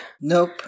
Nope